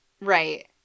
right